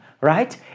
right